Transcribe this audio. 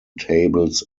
tables